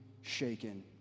shaken